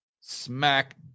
smack